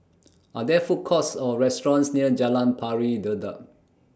Are There Food Courts Or restaurants near Jalan Pari Dedap